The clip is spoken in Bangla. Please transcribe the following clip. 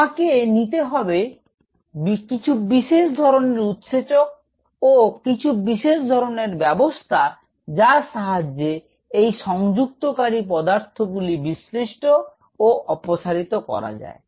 আমাকে নিতে হবে কিছু বিশেষ ধরনের উৎসেচক ও কিছু বিশেষ ধরনের ব্যাবস্থা যার সাহায্যে এই সংযুক্তকারী পদার্থগুলি বিশ্লিষ্ট ও অপসারিত করা যায়